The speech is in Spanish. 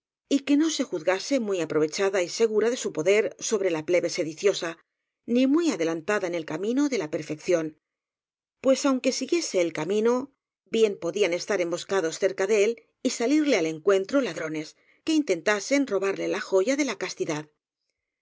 y que no se juzgase muy aprovecha da y segura de su poder sobre la plebe sediciosa ni muy adelantada en el camino de la perfección pues aunque siguiese el camino bien podían estar emboscadoscerca de él y salirle al encuentro ladro nes que intentasen robarle la joya de la castidad